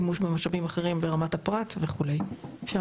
שימוש